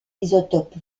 isotope